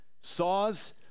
saws